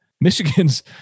Michigan's